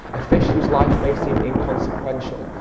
a fish whose life may seem inconsequential.